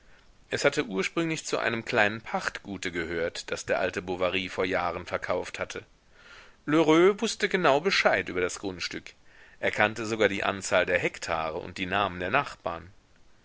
es hatte ursprünglich zu einem kleinen pachtgute gehört das der alte bovary vor jahren verkauft hatte lheureux wußte genau bescheid über das grundstück er kannte sogar die anzahl der hektare und die namen der nachbarn